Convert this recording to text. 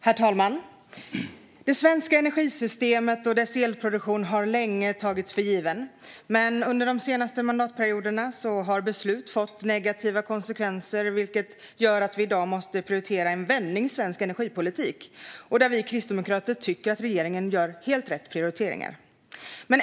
Herr talman! Det svenska energisystemet och dess elproduktion har länge tagits för givna. Under de senaste mandatperioderna har beslut dock fått negativa konsekvenser, vilket gör att vi i dag måste prioritera en vändning i svensk energipolitik. Kristdemokraterna tycker att regeringen gör helt rätt prioriteringar.